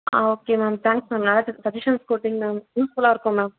ஆ okay ma'am thanks ma'am நல்லா த் suggestions கொடுத்தீங்க யூஸ்ஃபுல்லாக இருக்கும் மேம்